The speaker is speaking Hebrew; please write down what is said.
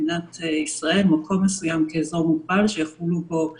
במדינת ישראל כאזור מוגבל שיחולו בו מגבלות,